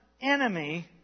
enemy